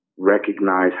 recognize